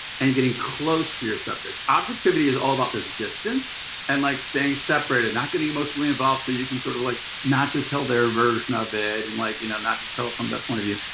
and getting close to your subjects. objectivity is all about this distance and like staying separate and not getting emotionally involved so you can sort of like not just tell their version of it and like, you know, not just tell it from their point of view.